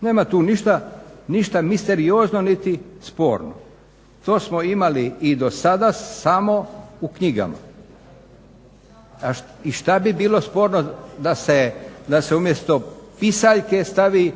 Nema tu ništa misteriozno niti sporno. To smo imali i dosada samo u knjigama. I što bi bilo sporno da se umjesto pisaljke stavi